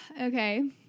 Okay